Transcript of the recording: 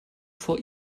vor